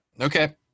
Okay